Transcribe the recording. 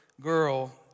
girl